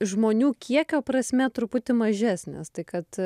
žmonių kiekio prasme truputį mažesnės tai kad